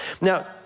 Now